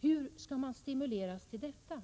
Hur skall man stimulera till detta?